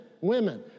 women